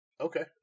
Okay